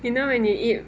you know when you eat